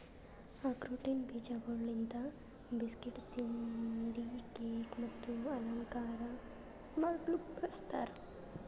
ಆಕ್ರೋಟಿನ ಬೀಜಗೊಳ್ ಲಿಂತ್ ಬಿಸ್ಕಟ್, ತಿಂಡಿ, ಕೇಕ್ ಮತ್ತ ಅಲಂಕಾರ ಮಾಡ್ಲುಕ್ ಬಳ್ಸತಾರ್